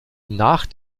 nach